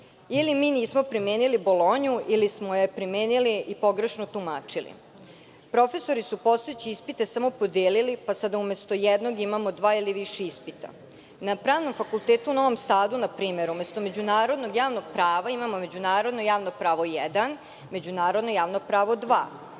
ili mi nismo primenili Bolonju ili smo je primenili i pogrešno tumačiliProfesori su postojeće ispite samo podelili pa sad umesto jednom imamo dva ili više ispita. Na Pravnom fakultetu u Novom Sadu na primer umesto Međunarodnog javnog prava imamo Međunarodno javno pravo jedan, Međunarodno javno pravo